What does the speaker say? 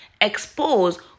expose